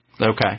Okay